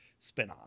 spinoff